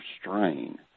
strain